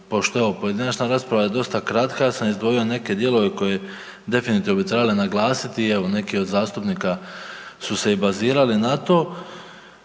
ova pojedinačna rasprava dosta kratka ja sam izdvojio neke dijelove koje definitivno bi trebalo naglasiti i evo neki od zastupnika su se i bazirali na to.